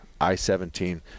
I-17